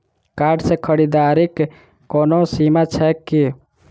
Card सँ खरीददारीक कोनो सीमा छैक की?